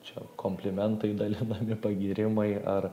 čia komplimentai dalinami pagyrimai ar